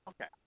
Okay